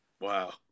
Wow